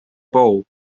pou